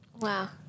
Wow